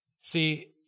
See